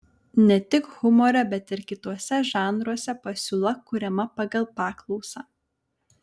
ne tik humore bet ir kituose žanruose pasiūla kuriama pagal paklausą